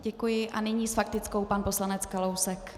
Děkuji a nyní s faktickou pan poslanec Kalousek.